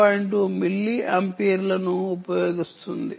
2 మిలీ ఆంపియర్లను ఉపయోగిస్తుంది